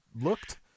looked